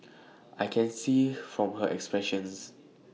I can see from her expressions